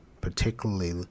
particularly